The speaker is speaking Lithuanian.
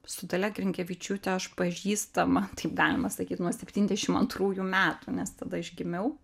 su dalia grinkevičiūte aš pažįstama taip galima sakyt nuo septyniasdešim antrųjų metų nes tada aš gimiau